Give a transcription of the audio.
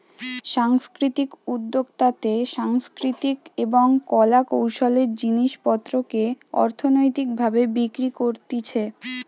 সাংস্কৃতিক উদ্যোক্তাতে সাংস্কৃতিক এবং কলা কৌশলের জিনিস পত্রকে অর্থনৈতিক ভাবে বিক্রি করতিছে